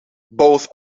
both